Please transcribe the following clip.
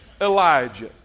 Elijah